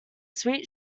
sweet